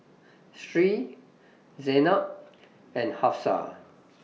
Sri Zaynab and Hafsa